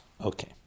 Okay